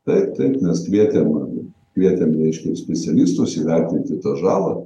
taip taip mes kvietėm kvietėm reiškia specialistus įvertinti tą žalą